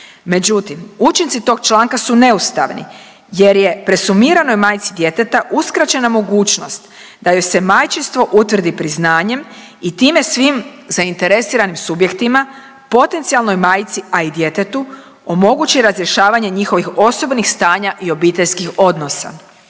međutim, učinci tog članka su neustavni jer je presumiranoj majci djeteta uskraćena mogućnost da joj se majčinstvo utvrdi priznanjem i time svim zainteresiranim subjektima, potencijalnoj majci, a i djetetu omogući razrješavanje njihovih osobnih stanja i obiteljskih odnosa,